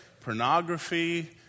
pornography